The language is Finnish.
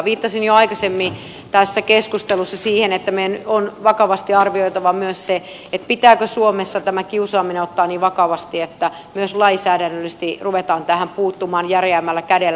viittasin jo aikaisemmin tässä keskustelussa siihen että meidän on vakavasti arvioitava myös se pitääkö suomessa tämä kiusaaminen ottaa niin vakavasti että myös lainsäädännöllisesti ruvetaan tähän puuttumaan järeämmällä kädellä